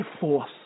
force